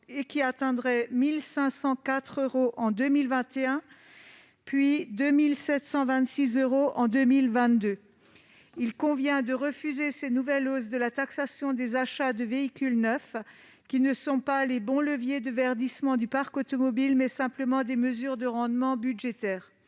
et qui atteindrait 1 504 euros en 2021, puis 2 726 euros en 2022. Il convient de refuser ces nouvelles hausses de la taxation des achats de véhicules neufs ; elles ne sont pas les bons leviers de verdissement du parc automobile, mais simplement des mesures de rendement budgétaire.